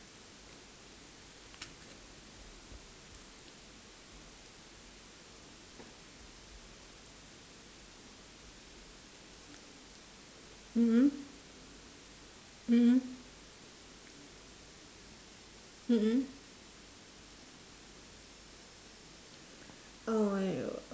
mm mm mm mm mm mm oh